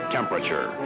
Temperature